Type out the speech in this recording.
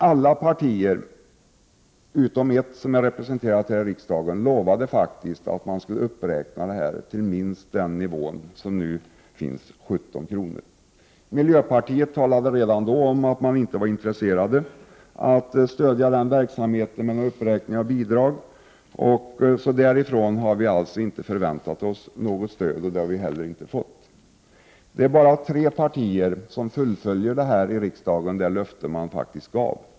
Alla partier utom ett av dem som är representerade här i riksdagen lovade faktiskt räkna upp detta till minst den nivå som vi nu föreslår, 17 kr. Miljöpartiet talade redan då om att man inte var intresserad av att stödja denna verksamhet med uppräkning av bidrag. Därifrån har vi inte förväntat oss något stöd och inte heller fått något sådant. Men bara tre partier fullföljer det löfte de då gav.